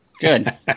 Good